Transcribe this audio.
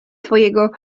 twojego